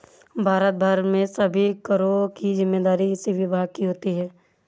भारत भर में सभी करों की जिम्मेदारी इसी विभाग की होती है